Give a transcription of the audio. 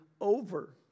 over